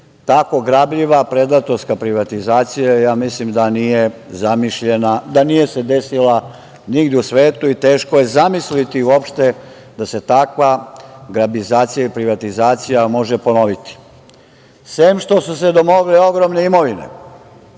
Tako grabljiva predatorska privatizacija, mislim, nije zamišljena, nije se desila nigde u svetu i teško je zamisliti uopšte da se takva grabizacija i privatizacija može ponoviti. Sem što su se domogli ogromne imovine,